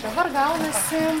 dabar gaunasi